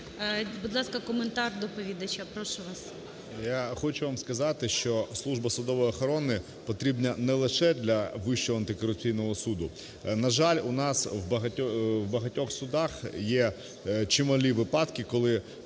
Я хочу вам сказати, що служба судової охорони потрібна не лише для Вищого антикорупційного суду. На жаль, у нас в багатьох судах є чималі випадки, коли